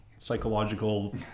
Psychological